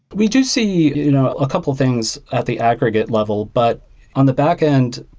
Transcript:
we just see you know a couple things at the aggregate level. but on the backend,